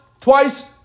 twice